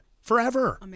forever